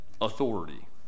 authority